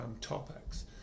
topics